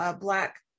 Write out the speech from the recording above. Black